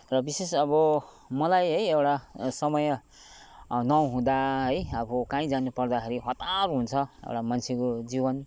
र विशेष अब मलाई है एउटा समय नहुँदा है अब कहीँ जानुपर्दाखेरि हतार हुन्छ एउटा मान्छेको जीवन